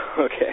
Okay